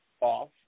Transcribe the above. Off